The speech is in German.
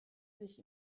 sich